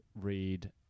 read